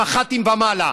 ממח"טים ומעלה.